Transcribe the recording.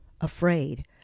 afraid